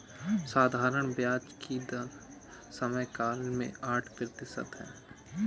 साधारण ब्याज की दर समयकाल में आठ प्रतिशत है